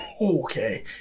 Okay